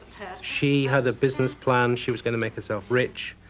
she had a business plan, she was going to make herself rich.